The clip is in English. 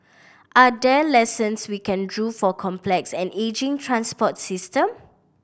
are there lessons we can draw for complex and ageing transport system